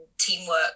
teamwork